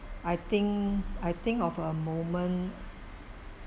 I think I think of a moment